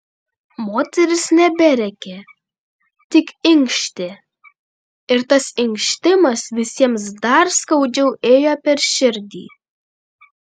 moteris neberėkė tik inkštė ir tas inkštimas visiems dar skaudžiau ėjo per širdį